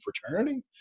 fraternity